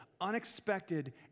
unexpected